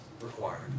required